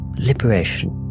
Liberation